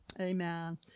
Amen